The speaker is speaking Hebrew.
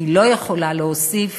לא יכולה להוסיף